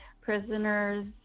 prisoners